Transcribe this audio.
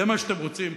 זה מה שאתם רוצים?